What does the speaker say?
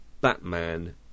Batman